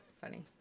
Funny